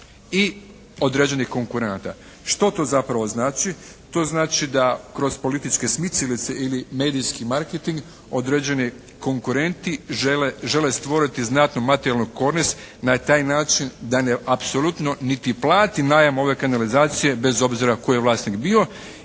i određenih konkurenata. Što to zapravo znači? To znači da kroz političke smicalice ili medijski marketing određeni konkurenti žele stvoriti znatnu materijalnu korist na taj način da ne, apsolutno niti plate najam ove kanalizacije bez obzira tko je vlasnik bio